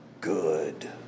good